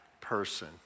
person